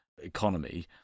economy